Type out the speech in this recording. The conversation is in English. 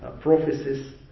prophecies